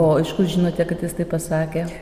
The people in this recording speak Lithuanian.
o iš kur žinote kad jis taip pasakė